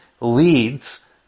leads